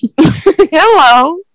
Hello